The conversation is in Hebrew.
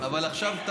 צאו החוצה.